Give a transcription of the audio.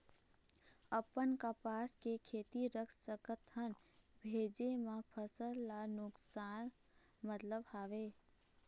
अपन कपास के खेती रख सकत हन भेजे मा फसल ला नुकसान मतलब हावे?